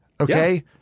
Okay